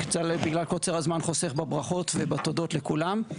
בגלל קוצר הזמן חוסך בברכות ובתודות לכולם,